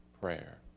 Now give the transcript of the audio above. Prayer